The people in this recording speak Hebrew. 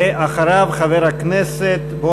חבר הכנסת נחמן שי,